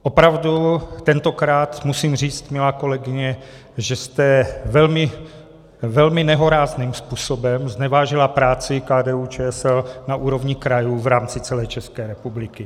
Opravdu tentokrát musím říct, milá kolegyně, že jste velmi nehorázným způsobem znevážila práci KDUČSL na úrovni krajů v rámci celé České republiky.